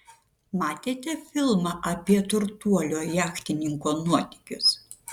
matėte filmą apie turtuolio jachtininko nuotykius